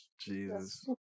Jesus